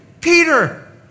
Peter